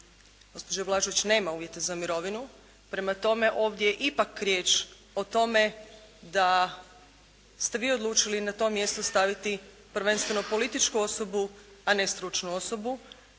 Gospođa Blažević nema uvjete za mirovinu. Prema tome, ovdje je ipak riječ o tome da ste vi odlučili na to mjesto staviti prvenstveno političku osobu a ne stručnu osobu.